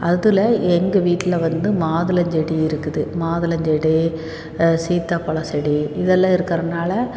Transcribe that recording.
அதில் எங்கள் வீட்டில் வந்து மாதுளஞ்செடி இருக்குது மாதுளஞ்செடி சீத்தாபழம் செடி இதெல்லாம் இருக்கறதுனால